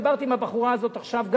דיברתי עם הבחורה הזאת עכשיו,